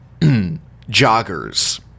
joggers